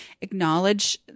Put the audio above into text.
Acknowledge